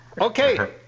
Okay